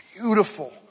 Beautiful